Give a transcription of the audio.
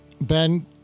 Ben